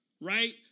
right